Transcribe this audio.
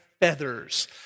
feathers